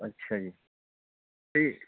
ਅੱਛਾ ਜੀ ਠੀਕ